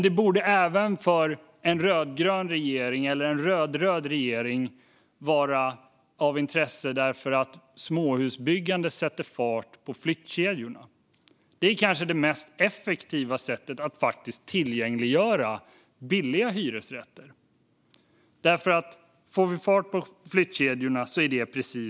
Det borde dock vara av intresse även för en rödgrön eller enbart rödröd regering, eftersom småhusbyggandet sätter fart på flyttkedjorna.